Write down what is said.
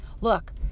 look